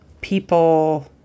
people